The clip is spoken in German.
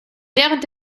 während